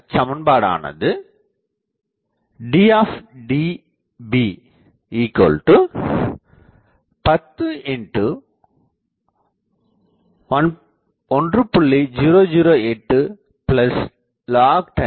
அச்சமன்பாடானது D101